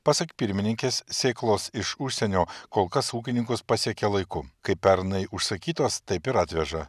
pasak pirmininkės sėklos iš užsienio kol kas ūkininkus pasiekė laiku kai pernai užsakytos taip ir atveža